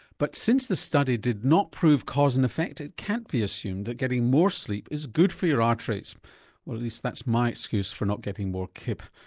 but since the study did not prove cause and effect it can't be assumed that getting more sleep is good for your arteries or at least that's my excuse for not getting more kip.